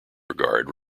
regard